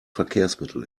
verkehrsmittel